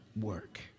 work